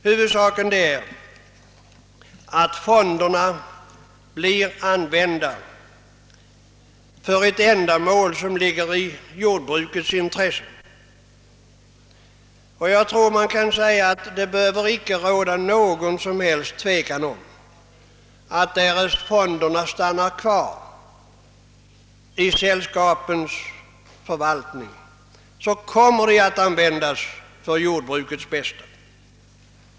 Huvudsaken är att fonden används för ett ändamål som ligger i jordbrukets intresse. Jag tror inte att det behöver råda något som helst tvivel om att därest fonderna stannar kvar i sällskapens förvaltning, så kommer de att användas för jordbrukets bästa.